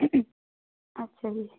ਅੱਛਾ ਜੀ